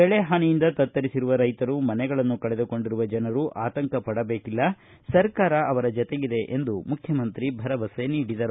ಬೆಳೆಹಾನಿಯಿಂದ ತತ್ತರಿಸಿರುವ ರೈಶರು ಮನೆಗಳನ್ನು ಕಳೆದುಕೊಂಡಿರುವ ಜನರು ಆತಂಕ ಪಡಬೇಕಿಲ್ಲ ಸರ್ಕಾರ ಅವರ ಜತೆಗಿದೆ ಎಂದು ಮುಖ್ಯಮಂತ್ರಿಗಳು ಭರವಸೆ ನೀಡಿದರು